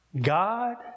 God